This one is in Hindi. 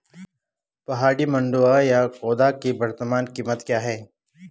पहाड़ी मंडुवा या खोदा की वर्तमान कीमत क्या है?